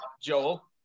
Joel